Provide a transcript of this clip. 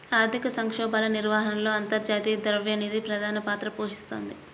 ఆర్థిక సంక్షోభాల నిర్వహణలో అంతర్జాతీయ ద్రవ్య నిధి ప్రధాన పాత్ర పోషిస్తోంది